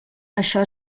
això